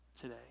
today